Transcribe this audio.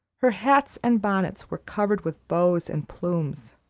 her hats and bonnets were covered with bows and plumes,